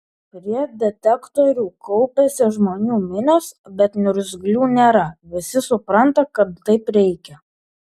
prie detektorių kaupiasi žmonių minios bet niurzglių nėra visi supranta kad taip reikia